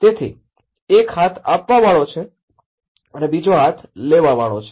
તેથી એક હાથ આપવાવાળો છે અને બીજો હાથ લેવાવાળો છે